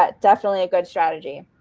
ah definitely a good strategy.